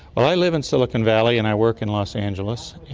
i live in silicon valley and i work in los angeles,